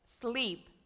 sleep